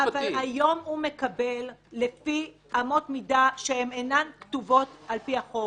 היום הוא מקבל לפי אמות מידה שאינן כתובות על פי החוק.